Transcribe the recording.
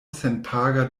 senpaga